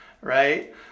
right